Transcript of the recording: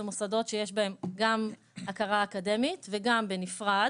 זה מוסדות שיש בהם גם הכרה אקדמית וגם בנפרד,